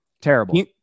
terrible